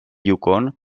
yukon